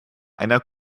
einer